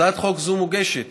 הצעת חוק זו מוגשת